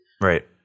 Right